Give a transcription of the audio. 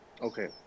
Okay